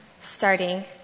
starting